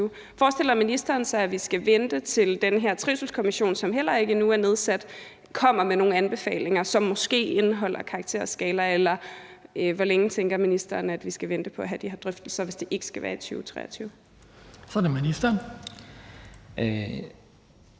forestiller ministeren sig, at vi skal vente, til den her trivselskommission, som heller endnu ikke er nedsat, kommer med nogle anbefalinger, som måske indeholder en ny karakterskala, eller hvor længe tænker ministeren at vi skal vente på at få de her drøftelser, hvis det ikke skal være i 2023? Kl. 17:47 Den fg.